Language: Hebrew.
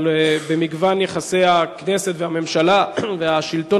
אבל במגוון יחסי הכנסת והממשלה והשלטון